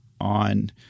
on